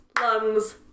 lungs